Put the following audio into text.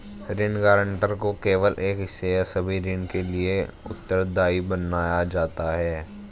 ऋण गारंटर को केवल एक हिस्से या सभी ऋण के लिए उत्तरदायी बनाया जाता है